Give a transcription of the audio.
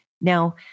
Now